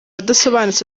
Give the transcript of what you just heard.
adasobanutse